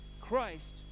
christ